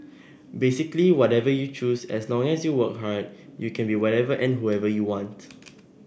basically whatever you choose as long as you work hard you can be whatever and whoever you want